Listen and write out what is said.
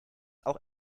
auch